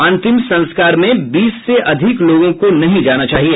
अंतिम संस्कार में बीस से अधिक लोगों को नहीं जाना चाहिए